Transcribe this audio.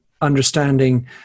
understanding